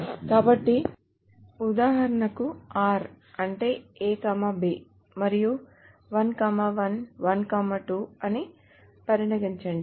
కాబట్టి ఉదాహరణకు r అంటే A B మరియు 1 1 1 2 అని పరిగణించండి